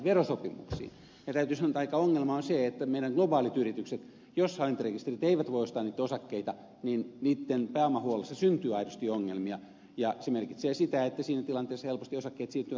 ja täytyy sanoa että melkoinen ongelma on se että jos hallintarekisterit eivät voi ostaa meidän globaalien yritysten osakkeita niin niitten pääomahuollossa syntyy aidosti ongelmia ja se merkitsee sitä että siinä tilanteessa osakkeet helposti siirtyvät ulkomaille